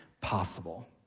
possible